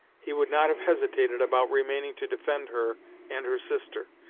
he would not have hesitated about remaining to defend her and her sister,